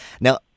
Now